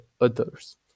others